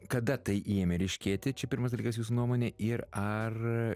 kada tai ėmė ryškėti čia pirmas dalykas jūsų nuomone ir ar